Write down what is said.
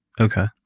Okay